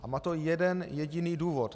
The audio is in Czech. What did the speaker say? A má to jeden jediný důvod.